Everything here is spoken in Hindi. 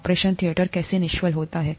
ऑपरेशन थिएटर कैसे निष्फल होता है